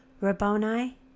Rabboni